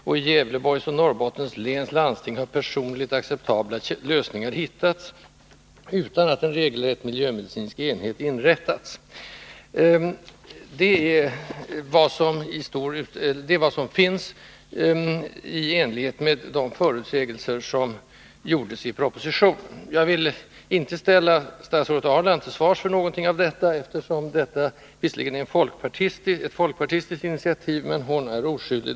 I Gävleborgs och Norrbottens läns landsting har personligt acceptabla lösningar funnits utan att en regelrätt miljömedicinsk enhet inrättats. Det är i stort sett vad som skett, i enlighet med de förutsägelser som gjordes i propositionen. Jag vill inte ställa statsrådet Ahrland till svars för någonting av detta. Det är visserligen ett folkpartistiskt initiativ, men Karin Ahrland är oskyldig.